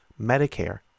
Medicare